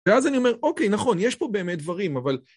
ואז אני אומר, אוקיי, נכון, יש פה באמת דברים, אבל...